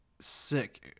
sick